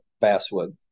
basswood